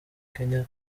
kenya